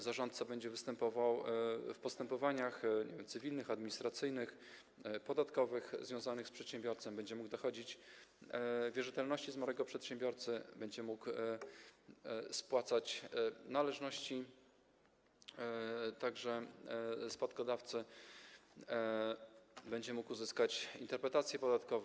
Zarządca będzie także występował w postępowaniach cywilnych, administracyjnych, podatkowych związanych z przedsiębiorcą, będzie mógł dochodzić wierzytelności zmarłego przedsiębiorcy, będzie mógł spłacać należności, tak że spadkodawca będzie mógł uzyskać interpretacje podatkowe.